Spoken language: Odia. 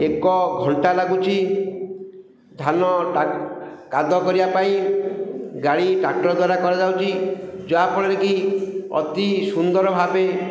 ଏକ ଘଣ୍ଟା ଲାଗୁଛି ଧାନ କାଦ କରିବା ପାଇଁ ଗାଡ଼ି ଟ୍ରାକ୍ଟର ଦ୍ୱାରା କରାଯାଉଛି ଯାହାଫଳରେ କି ଅତି ସୁନ୍ଦର ଭାବେ